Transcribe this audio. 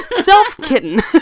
Self-kitten